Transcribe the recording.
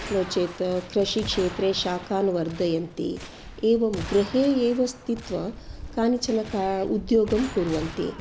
नो चेत् कृषिक्षेत्रे शाखान् वर्धयन्ति एवं गृहे एव स्थित्वा कानिचन का उद्योगं कुर्वन्ति